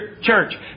church